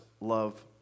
love